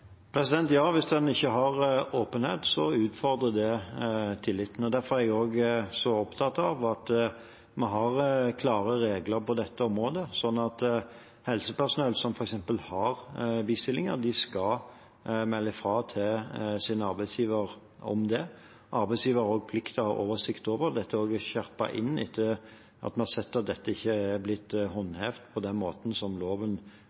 Ja, hvis en ikke har åpenhet, utfordrer det tilliten. Derfor er jeg så opptatt av at vi har klare regler på dette området, slik at helsepersonell som f.eks. har bistillinger, skal melde fra til sin arbeidsgiver om det. Arbeidsgiver har også plikt til å ha oversikt over det. Dette er skjerpet inn etter at en har sett at det ikke er blitt håndhevet på den måten som loven